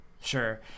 Sure